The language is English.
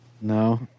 No